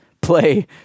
play